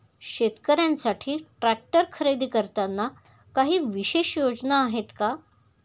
शेतकऱ्यांसाठी ट्रॅक्टर खरेदी करताना काही विशेष योजना आहेत का?